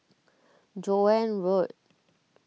Joan Road